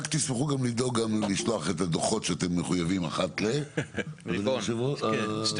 תזכרו גם לדאוג לשלוח את הדו"חות שאתם מחויבים לשלוח אחת לכמה זמן.